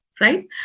Right